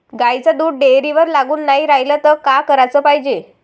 गाईचं दूध डेअरीवर लागून नाई रायलं त का कराच पायजे?